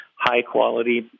high-quality